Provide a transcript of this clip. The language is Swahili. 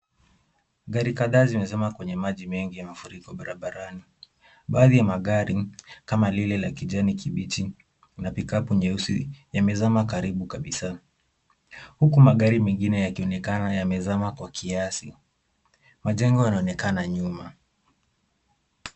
Gari kadhaa zimezama kwenye maji mengi ya mafuriko barabarani. Baadhi ya magari kama lile la kijani kibichi na vikapu nyeusi yamezama karibu kabisa, huku magari mengine yakionekana yamezama kwa kiasi .Majengo yanaonekana nyuma.